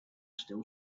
still